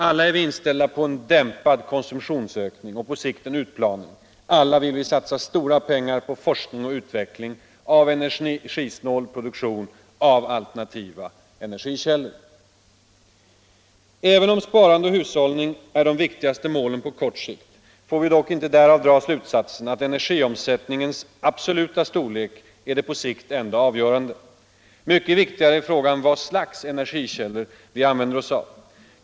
Alla är vi inställda på en dämpad konsumtionsökning och på sikt en utplaning. Alla vill vi satsa stora pengar på forskning och utveckling av energisnål produktion, av alternativa energikällor. Även om sparande och hushållning är de viktigaste målen på kort sikt får vi dock inte därav dra slutsatsen att energiomsättningens absoluta storlek är det på sikt enda avgörande. Mycket viktigare är frågan vad slags energikällor vi använder oss av.